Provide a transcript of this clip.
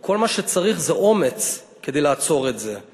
או כל מה שצריך, זה אומץ כדי לעצור את זה.